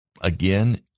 Again